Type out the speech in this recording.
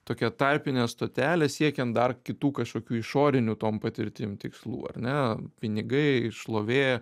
tokia tarpinė stotelė siekiant dar kitų kažkokių išorinių tom patirtim tikslų ar ne pinigai šlovė